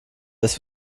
dass